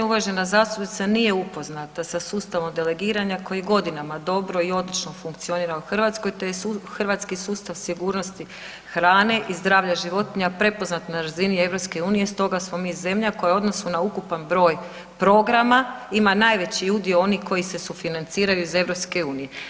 Uvažena zastupnica nije upoznata sa sustavom delegiranja koji godinama dobro i odlično funkcionira u Hrvatskoj te hrvatski sustav sigurnosti hrane i zdravlja životinja prepoznat na razini EU, stoga smo mi zemlja koja u odnosu na ukupan broj programa ima najveći udio onih koji se sufinanciraju iz EU.